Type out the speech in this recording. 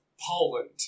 Poland